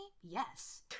Yes